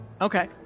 Okay